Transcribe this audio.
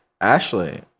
Ashley